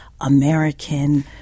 American